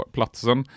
Platsen